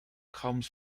comes